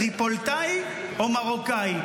טריפוליטאי או מרוקאי.